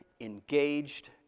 engaged